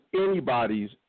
anybody's